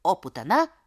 o putana